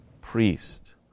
priest